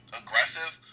aggressive